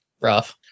rough